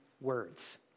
words